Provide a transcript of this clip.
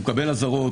הוא מקבל אזהרות,